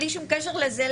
בלי שום קשר לזה,